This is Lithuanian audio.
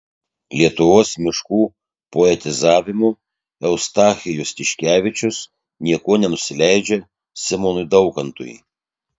lietuvos miškų poetizavimu eustachijus tiškevičius niekuo nenusileidžia simonui daukantui